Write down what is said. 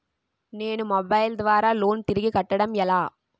నేను మొబైల్ ద్వారా లోన్ తిరిగి కట్టడం ఎలా?